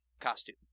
costume